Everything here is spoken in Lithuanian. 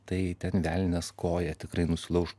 tai ten velnias koją tikrai nusilauš